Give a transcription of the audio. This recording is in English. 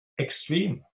extreme